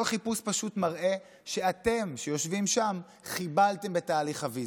כל חיפוש פשוט מראה שאתם שיושבים שם חיבלתם בתהליך הוויזות.